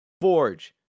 Forge